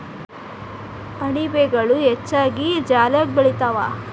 ಅಣಬೆಗಳು ಹೆಚ್ಚಾಗಿ ಜಾಲ್ಯಾಗ ಬೆಳಿತಾವ